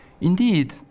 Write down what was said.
Indeed